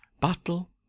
Battle